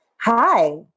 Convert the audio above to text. Hi